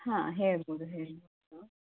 ಹಾಂ ಹೇಳ್ಬೌದು ಹೇಳ್ಬೌದು